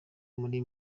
muri